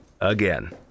Again